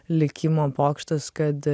likimo pokštas kad